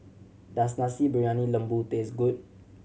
does Nasi Briyani Lembu taste good